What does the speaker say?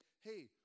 hey